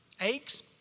Aches